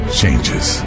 changes